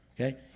Okay